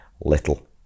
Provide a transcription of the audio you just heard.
little